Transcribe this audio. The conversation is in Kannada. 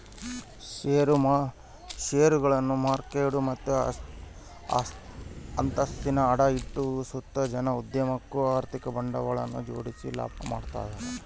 ಷೇರುಗುಳ್ನ ಮಾರ್ಕೆಂಡು ಮತ್ತೆ ಆಸ್ತಿನ ಅಡ ಇಟ್ಟು ಸುತ ಜನ ಉದ್ಯಮುಕ್ಕ ಆರ್ಥಿಕ ಬಂಡವಾಳನ ಜೋಡಿಸಿ ಲಾಭ ಮಾಡ್ತದರ